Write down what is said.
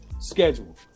schedule